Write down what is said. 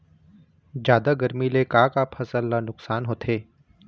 जादा गरमी ले का का फसल ला नुकसान होथे?